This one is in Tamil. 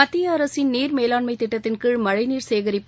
மத்திய அரசின் நீர் மேலாண்மை திட்டத்தின்கீழ் மழைநீர் சேகிப்பு